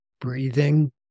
Breathing